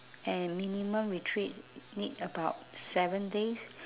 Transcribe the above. and minimum retreat need about seven days